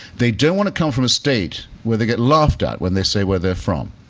they don't want to come from a state where they get laughed at when they say where they're from.